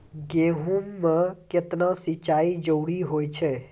गेहूँ म केतना सिंचाई जरूरी होय छै?